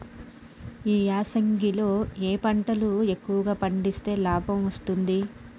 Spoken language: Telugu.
ఈ యాసంగి లో ఏ పంటలు ఎక్కువగా పండిస్తే లాభం వస్తుంది?